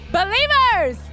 believers